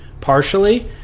partially